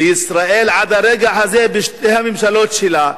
וישראל, עד הרגע הזה, בשתי הממשלות שלה,